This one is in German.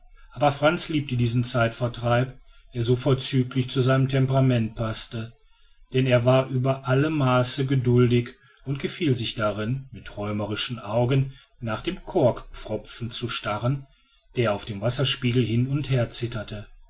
aber frantz liebte diesen zeitvertreib der so vorzüglich zu seinem temperament paßte denn er war über alles maß geduldig und gefiel sich darin mit träumerischem auge nach dem korkpfropfen zu starren der auf dem wasserspiegel hin und her zitterte